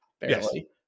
barely